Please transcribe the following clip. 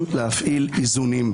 כי אני נבחרת ציבור,